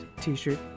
t-shirt